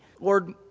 Lord